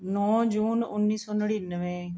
ਨੌ ਜੂਨ ਉੱਨੀ ਸੌ ਨੜਿਨਵੇਂ